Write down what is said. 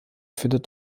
findet